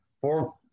four